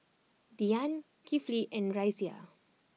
Dian Kifli and Raisya